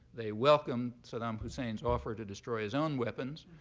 they welcomed saddam hussein's offer to destroy his own weapons.